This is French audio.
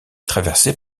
traversée